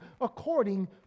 according